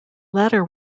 latter